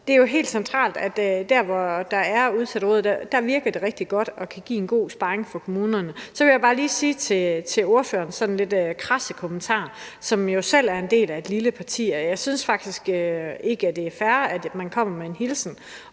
Det er jo helt centralt, at der, hvor der er udsatteråd, virker de rigtig godt og kan give en god sparring for kommunerne. Så vil jeg bare lige sige til ordførerens sådan lidt krasse kommentar – han er jo selv en del af et lille parti – at jeg faktisk ikke synes, det er fair, når man kommer med en hilsen